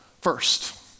first